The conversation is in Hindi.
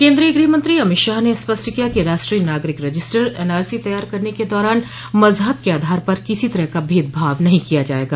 केन्द्रीय गृहमंत्री अमित शाह ने स्पष्ट किया कि राष्ट्रीय नागरिक रजिस्टर एनआरसी तैयार करने के दौरान मजहब के आधार पर किसी तरह का भेदभाव नहीं किया जाएगा